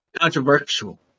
Controversial